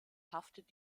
haftet